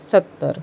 सत्तर